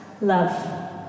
love